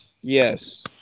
yes